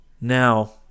Now